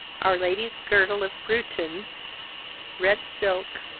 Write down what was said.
our lady's girdle of bruton red silke,